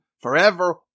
forever